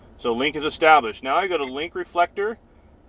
so link is established now. i got a link reflector